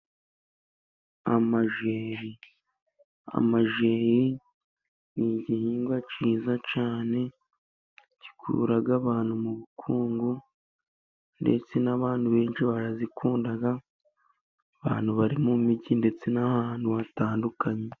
Amajeri, amajeri ni igihingwa cyiza cyane gikura abantu mu bukungu, ndetse n'abantu benshi baragikunda, abantu bari mu mijyi ndetse n'ahantu hatandukanye.